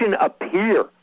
appear